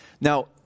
Now